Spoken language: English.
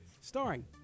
starring